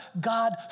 God